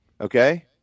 Okay